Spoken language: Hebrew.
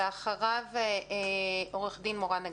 ואחריו עו"ד מורן נגיד.